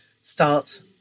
start